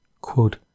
Quote